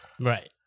right